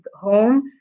home